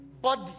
body